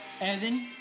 Evan